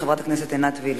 חברת הכנסת עינת וילף.